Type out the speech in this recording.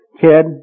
kid